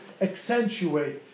accentuate